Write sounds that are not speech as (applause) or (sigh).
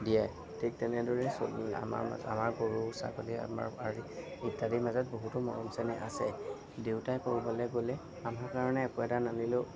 দিয়ে ঠিক তেনেদৰেই (unintelligible) আমাৰ আমাৰ গৰু ছাগলী আমাৰ (unintelligible) ইত্যাদিৰ মাজত বহুতো মৰম চেনেহ আছে দেউতাই ক'ৰবালৈ গ'লে আমাৰ কাৰণে একো এটা নানিলেও